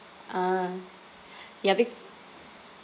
ah ya big